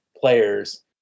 players